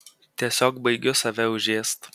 tiesiog baigiu save užėst